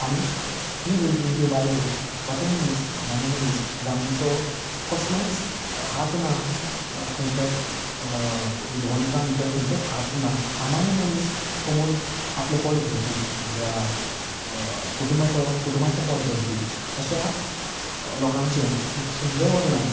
आनी तीं भुरगीं ज्यो बायलो वा ते मनीस सामान्य मनीस जांचो कसलोच हात ना वा खंयच्याच विध्वंसा भितर खंयचोच हात सामान्य मनीस कमोवन आपलें पोट भरपी आपल्या कुटुंबाचो कुटुंबाचें पोट भरपी अश्या लोकांचें एक सुंदर वर्णन